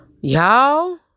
Y'all